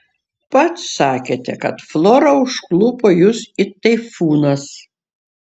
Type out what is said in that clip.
pats sakėte kad flora užklupo jus it taifūnas